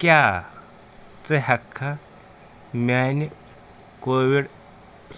کیٛاہ ژٕ ہٮ۪کٕکھا میٛانہِ کووِڈ